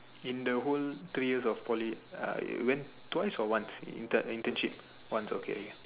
in the whole three years of Poly I went twice or once intern~ internship once okay